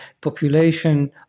population